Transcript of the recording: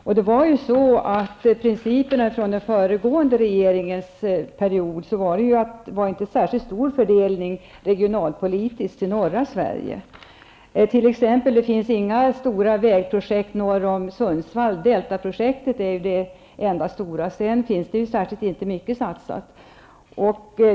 Under den föregånde regeringsperioden var ju principen den att det inte var någon särskilt stor regionalpolitisk fördelning till norra Sverige. Det finns t.ex inga stora vägprojekt norr om Sunsvall. Delta-projektet är ju det enda stora. Sedan finns det ju inte särskilt mycket satsat.